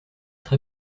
très